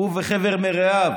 הוא וחבר מרעיו,